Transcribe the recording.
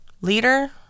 Leader